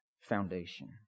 foundation